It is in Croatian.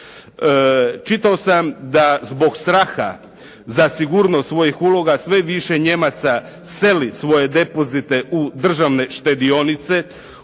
Čitao sam da zbog straha za sigurnost svojih uloga sve više Nijemaca seli svoje depozite u državne štedionice,